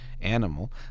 animal